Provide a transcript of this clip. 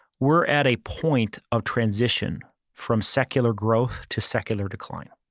we're at a point of transition from secular growth to secular decline.